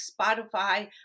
Spotify